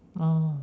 oh